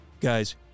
Guys